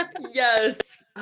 Yes